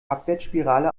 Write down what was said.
abwärtsspirale